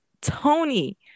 Tony